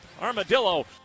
armadillo